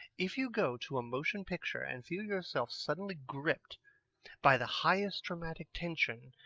if you go to a motion picture and feel yourself suddenly gripped by the highest dramatic tension,